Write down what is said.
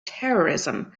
terrorism